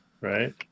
right